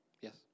yes